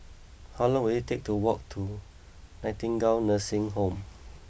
how long will it take to walk to Nightingale Nursing Home